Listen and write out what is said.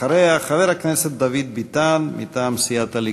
אחריה, חבר הכנסת דוד ביטן מטעם סיעת הליכוד.